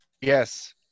Yes